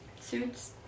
suits